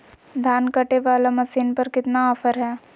धान कटे बाला मसीन पर कितना ऑफर हाय?